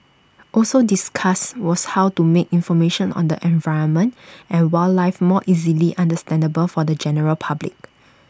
also discussed was how to make information on the environment and wildlife more easily understandable for the general public